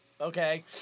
okay